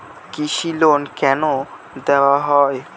কৃষি লোন কেন দেওয়া হয়?